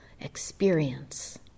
experience